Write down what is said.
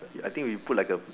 I think we put like a